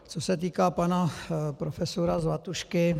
Co se týká pana profesora Zlatušky.